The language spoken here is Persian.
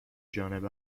جانب